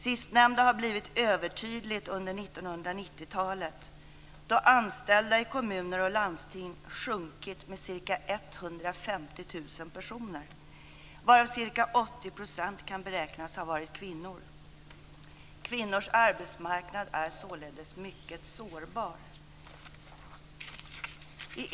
Sistnämnda har blivit övertydligt under 1990-talet, då antalet anställda i kommuner och landsting sjunkit med ca 150 000 personer, varav ca 80 % kan beräknas ha varit kvinnor. Kvinnors arbetsmarknad är således mycket sårbar.